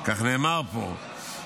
כך נאמר פה,